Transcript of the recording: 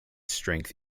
strength